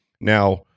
Now